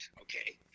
okay